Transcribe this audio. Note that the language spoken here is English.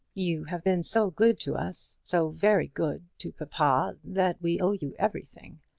you have been so good to us, so very good to papa, that we owe you everything.